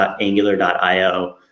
angular.io